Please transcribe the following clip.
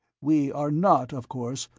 we are not, of course,